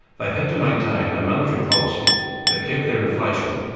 they had to maintain a monetary policy that kept their inflation,